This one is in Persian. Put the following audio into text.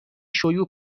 شیوع